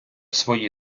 свої